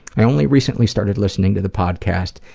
i only recently started listening to the podcast,